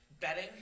betting